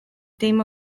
dim